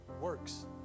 works